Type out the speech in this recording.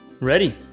Ready